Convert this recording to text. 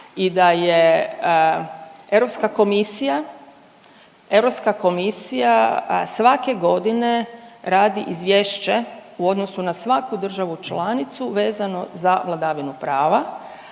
komisija, Europska komisija svake godine radi izvješće u odnosu na svaku državu članicu vezano za vladavinu prava.